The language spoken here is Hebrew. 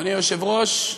אדוני היושב-ראש,